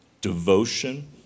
devotion